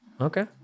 Okay